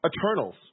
Eternals